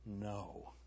No